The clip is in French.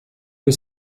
que